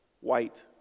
white